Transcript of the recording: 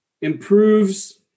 improves